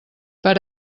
per